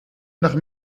nach